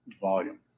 volume